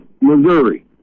Missouri